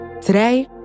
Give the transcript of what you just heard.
Today